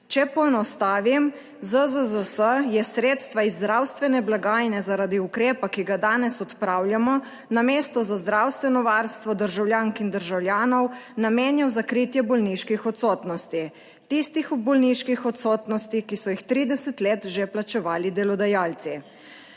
Če poenostavim, ZZZS je sredstva iz zdravstvene blagajne zaradi ukrepa, ki ga danes odpravljamo, namesto za zdravstveno varstvo državljank in državljanov, namenjal za kritje bolniških odsotnosti, tistih v bolniških odsotnosti, ki so jih 30 let že plačevali delodajalci.